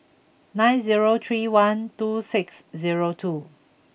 nine zero three one two six zero two